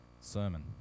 sermon